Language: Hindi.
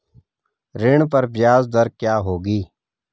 ऋण पर ब्याज दर क्या होगी?